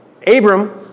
Abram